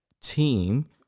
team